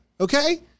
okay